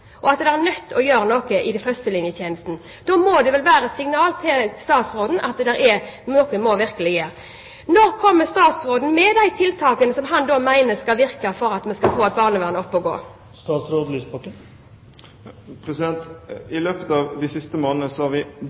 og at man er nødt til å gjøre noe i førstelinjetjenesten, må vel det være et signal til statsråden om at noe virkelig må gjøres. Når kommer statsråden med de tiltakene som han mener skal virke for at vi skal få et barnevern opp å gå? I løpet av de siste månedene har vi